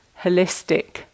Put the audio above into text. holistic